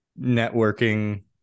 networking